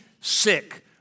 sick